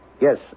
Yes